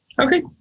okay